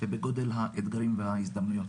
ובגודל האתגרים וההזדמנויות.